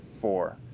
four